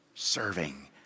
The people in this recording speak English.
Serving